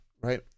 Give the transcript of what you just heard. right